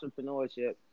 entrepreneurship